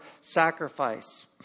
sacrifice